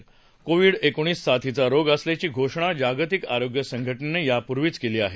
Covid एकोणीस साथीचा रोग असल्याची घोषणा जागतिक आरोग्य संघटनेनं यापूर्वीच केली आहे